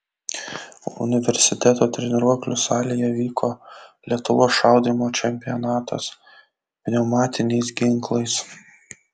universiteto treniruoklių salėje vyko lietuvos šaudymo čempionatas pneumatiniais ginklais